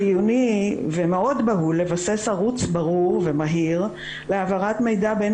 חיוני ומאוד בהול לבסס ערוץ בהול ומהיר להעברת מידע בין